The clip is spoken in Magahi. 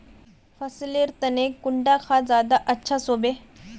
फसल लेर तने कुंडा खाद ज्यादा अच्छा सोबे?